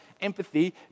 empathy